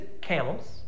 camels